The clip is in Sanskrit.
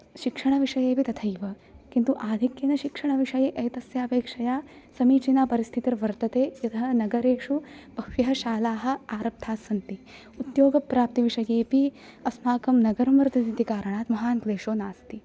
शिक्षणविषयेऽपि तथैव किन्तु आधिक्येन शिक्षणविषये एतस्यापेक्षया समीचीना परिस्थितिर्वर्तते इत्यतः नगरेषु बह्व्यः शालाः आरब्धाः सन्ति उद्योगप्राप्ति विषयेऽपि अस्माकं नगरं वर्तते इति कारणात् महान् क्लेशो नास्ति